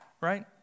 right